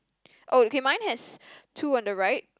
oh okay mine has two on the right